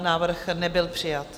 Návrh nebyl přijat.